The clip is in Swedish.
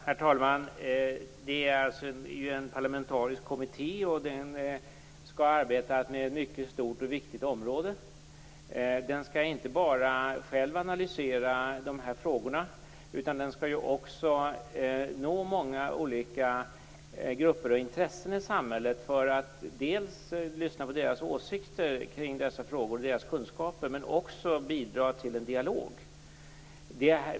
Herr talman! Det handlar om en parlamentarisk kommitté som skall arbeta med ett mycket stort och viktigt område. Kommittén skall inte bara själv analysera de här frågorna utan också nå många olika grupper och intressen i samhället för att dels lyssna på deras åsikter i dessa frågor och ta del av deras kunskaper, dels bidra till en dialog.